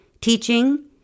teaching